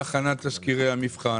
להכנת תסקירי המבחן.